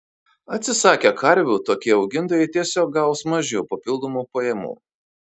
atsisakę karvių tokie augintojai tiesiog gaus mažiau papildomų pajamų